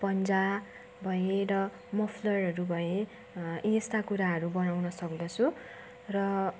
पन्जा भए र मफलरहरू भए यस्ता कुराहरू बनाउन सक्दछु र